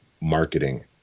marketing